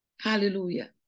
Hallelujah